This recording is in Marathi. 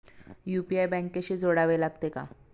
यु.पी.आय बँकेशी जोडावे लागते का?